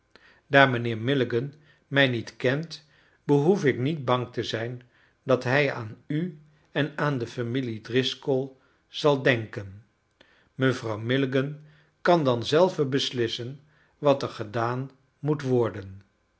daar mijnheer milligan mij niet kent behoef ik niet bang te zijn dat hij aan u en aan de familie driscoll zal denken mevrouw milligan kan dan zelve beslissen wat er gedaan moet worden